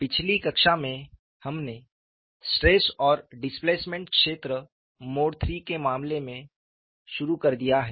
पिछली कक्षा में हमने स्ट्रेस और डिस्प्लेसमेंट क्षेत्र मोड III के मामले में शुरू कर दिया है